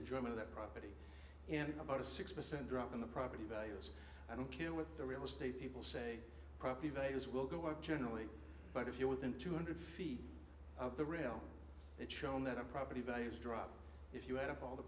enjoyment that property and in about a six percent drop in the property values i don't care what the real estate people say property vegas will go are generally but if you're within two hundred feet of the rail it's shown that the property values drop if you add up all the